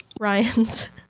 Ryan's